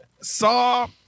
Saw